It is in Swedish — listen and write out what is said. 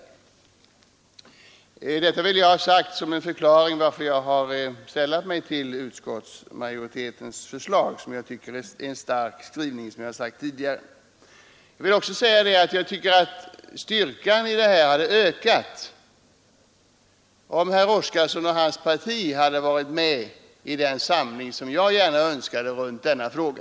Detta vill jag ha sagt som förklaring till att jag har anslutit mig till utskottsmajoritetens skrivning. Jag vill tillägga att styrkan i denna skrivning hade ökat, om herr Oskarson och hans parti hade varit med och därmed dokumenterat den vilja till samling som jag gärna ville se i denna fråga.